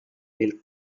del